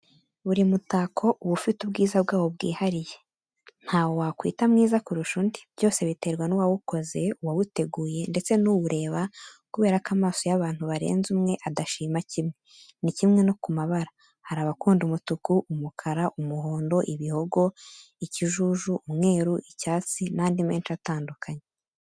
Buri mutako uba ufite ubwiza bwawo bwihariye, ntawo wakwita mwiza kurusha undi, byose biterwa n'uwawukoze, uwawuteguye ndetse n'uwureba kubera ko amasomo y'abantu barenze umwe adashima kimwe, ni kimwe no ku mabara, hari abakunda umutuku, umukara, umuhondo, ibihogo, ikijuju, umweru, icyatsi n'andi menshi atandukanye.